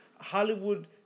Hollywood